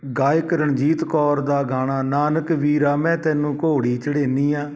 ਗਾਇਕ ਰਣਜੀਤ ਕੌਰ ਦਾ ਗਾਣਾ ਨਾਨਕ ਵੀਰਾ ਮੈਂ ਤੈਨੂੰ ਘੋੜੀ ਚੜੀਨੀ ਆ